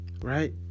Right